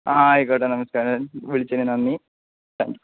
ആ ആയിക്കോട്ടെ നമസ്കാരം വിളിച്ചതിന് നന്ദി താങ്ക് യൂ